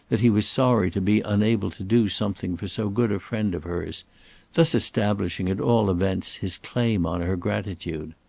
that he was sorry to be unable to do something for so good a friend of hers thus establishing, at all events, his claim on her gratitude.